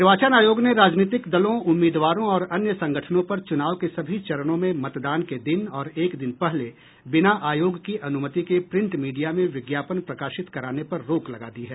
निर्वाचन आयोग ने राजनीतिक दलों उम्मीदवारों और अन्य संगठनों पर चुनाव के सभी चरणों में मतदान के दिन और एक दिन पहले बिना आयोग की अनुमति के प्रिंट मीडिया में विज्ञापन प्रकाशित कराने पर रोक लगा दी है